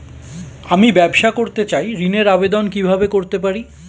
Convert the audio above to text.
আমি ব্যবসা করতে চাই ঋণের আবেদন কিভাবে করতে পারি?